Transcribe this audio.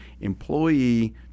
employee